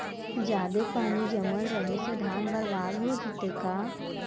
जादे पानी जमल रहे से धान बर्बाद हो जितै का?